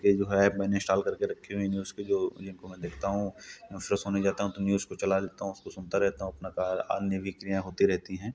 ये जो है इंस्टाल करके मैंने रखी हुई हैं न्यूज़ की जो जिनको मैं देखता हूँ और उससे सोने जाता हूँ तो न्यूज़ चला लेता हूँ उसको सुनता हूँ अपना काम अन्य गतिविधियां होती रहती हैं